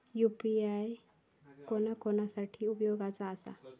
UPI कोणा कोणा साठी उपयोगाचा आसा?